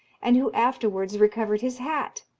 and who afterwards recovered his hat,